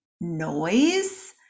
noise